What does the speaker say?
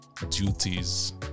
duties